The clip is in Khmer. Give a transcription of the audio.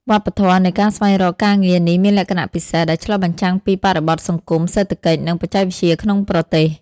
វប្បធម៌នៃការស្វែងរកការងារនេះមានលក្ខណៈពិសេស ដែលឆ្លុះបញ្ចាំងពីបរិបទសង្គម សេដ្ឋកិច្ច និងបច្ចេកវិទ្យាក្នុងប្រទេស។